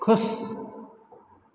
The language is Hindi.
खुश